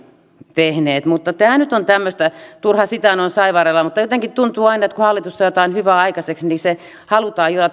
tehneet mutta tämä nyt on tämmöistä turha siitä on saivarrella mutta jotenkin tuntuu että aina kun hallitus saa jotain hyvää aikaiseksi niin sitä halutaan